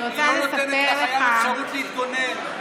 היא לא מאפשרת לחייב להתגונן.